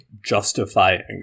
justifying